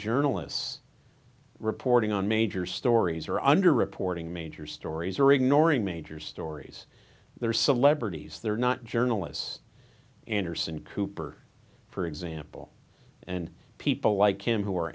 journalists reporting on major stories or under reporting major stories or ignoring major stories they're celebrities they're not journalists anderson cooper for example and people like him who are